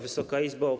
Wysoka Izbo!